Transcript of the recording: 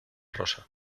rosa